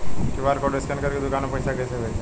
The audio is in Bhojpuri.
क्यू.आर कोड स्कैन करके दुकान में पैसा कइसे भेजी?